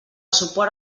suport